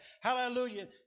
Hallelujah